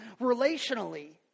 relationally